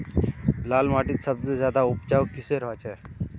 लाल माटित सबसे ज्यादा उपजाऊ किसेर होचए?